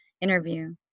interview